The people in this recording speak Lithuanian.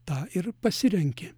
tą ir pasirenki